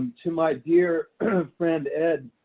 to my dear friend ed,